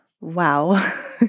Wow